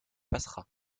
passera